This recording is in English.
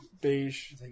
beige